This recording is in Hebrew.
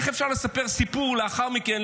איך אפשר לספר סיפור לאחר מכן,